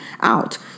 out